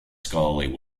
scholarly